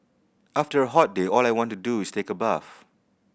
after a hot day all I want to do is take a bath